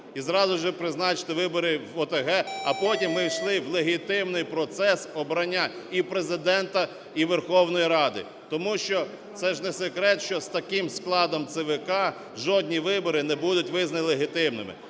і зразу ж призначити вибори в ОТГ. А потім ми ввійшли в легітимний процес обрання і Президента, і Верховної Ради, тому що це ж не секрет, що з таким складом ЦВК жодні вибори не будуть визнані легітимними.